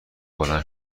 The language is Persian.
بلند